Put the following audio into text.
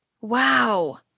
Wow